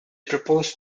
proposed